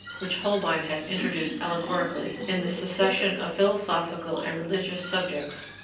which holbein has introduced allegorically in the succession of philosophical and religious subjects,